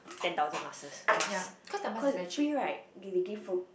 ten thousand masses mask cause free right where they give from